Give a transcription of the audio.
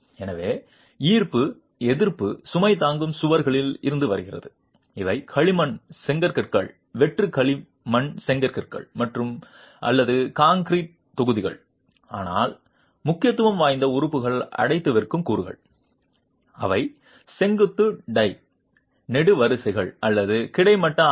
எனவே ஈர்ப்பு எதிர்ப்பு சுமை தாங்கும் சுவர்களில் இருந்து வருகிறது இவை களிமண் செங்கற்கள் வெற்று களிமண் செங்கற்கள் அல்லது கான்கிரீட் தொகுதிகள் ஆனால் முக்கியத்துவம் வாய்ந்த உறுப்பு அடைத்து வைக்கும் கூறுகள் அவை செங்குத்து டை நெடுவரிசைகள் அல்லது கிடைமட்ட ஆர்